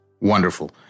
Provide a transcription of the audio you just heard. Wonderful